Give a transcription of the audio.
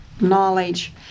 knowledge